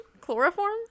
Chloroform